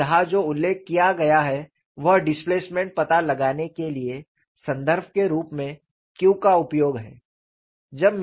और यहाँ जो उल्लेख किया गया है वह डिस्प्लेसमेंट पता लगाने के लिए संदर्भ के रूप में Q का उपयोग है